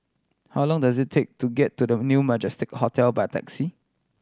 how long does it take to get to New Majestic Hotel by taxi